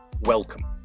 welcome